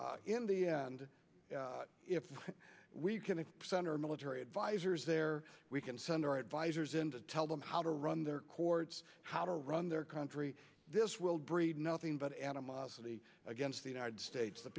end if we can send our military advisers there we can send our advisers in to tell them how to run their courts how to run their country this will breed nothing but animosity against the united states the